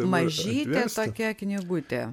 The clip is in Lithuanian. mažytė tokia knygutė